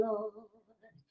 Lord